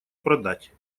продать